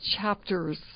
chapters